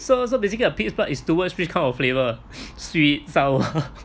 so so basically uh pig's blood is towards which kind of flavour sweet sour